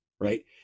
right